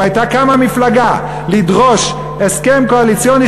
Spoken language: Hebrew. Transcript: אם הייתה קמה מפלגה לדרוש הסכם קואליציוני